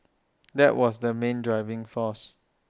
that was the main driving force